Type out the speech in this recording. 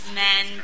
men